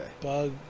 Bug